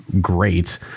great